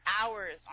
hours